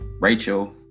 Rachel